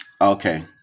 Okay